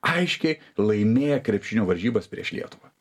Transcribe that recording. aiškiai laimėję krepšinio varžybas prieš lietuvą